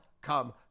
come